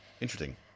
interesting